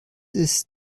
ist